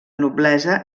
noblesa